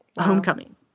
Homecoming